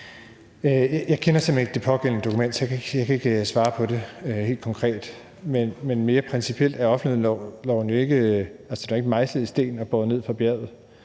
hen ikke det pågældende dokument, så jeg kan ikke svare på det helt konkret. Men mere principielt, hvad angår offentlighedsloven, så er den jo ikke mejslet i stentavler og båret ned fra bjerget.